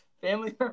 family